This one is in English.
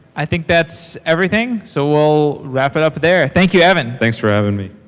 i think that's everything. so we'll wrap it up there. thank you, evan. thanks for having me.